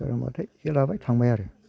सोरांबाथाय जे लाबाय थांबाय आरो